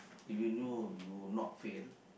if you knew you would not fail